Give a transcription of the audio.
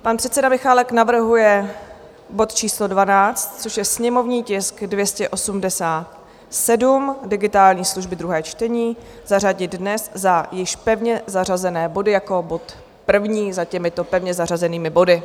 Pan předseda Michálek navrhuje bod číslo 12, což je sněmovní tisk 287, digitální služby, druhé čtení, zařadit dnes za již pevně zařazené body jako bod první za těmito pevně zařazenými body.